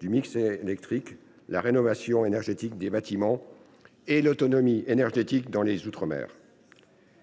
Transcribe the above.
du mix électrique, la rénovation énergétique des bâtiments et l’autonomie énergétique dans les outre mer.